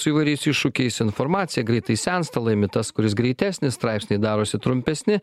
su įvairiais iššūkiais informacija greitai sensta laimi tas kuris greitesnį straipsniai darosi trumpesni